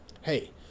Hey